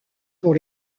pour